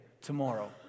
tomorrow